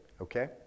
okay